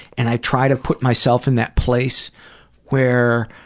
and i try to put myself in that place where,